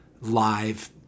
live